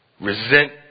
resent